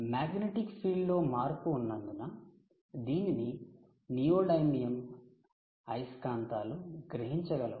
magnetic field లో మార్పు ఉన్నందున దీనిని 'నియోడైమియం అయస్కాంతాలు' 'neodymium magnets' గ్రహించగలవు